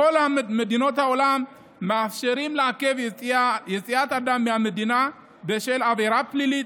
בכל מדינות העולם מאפשרים לעכב יציאת אדם מהמדינה בשל עבירה פלילית,